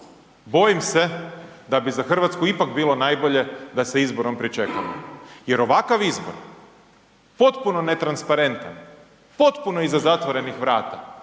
bojim se da bi za Hrvatsku ipak bilo najbolje da sa izborom pričekamo jer ovakav izbor, potpuno netransparentan, potpuno iza zatvorenih vrata